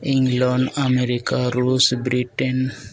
England America Russia Britain